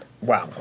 Wow